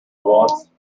once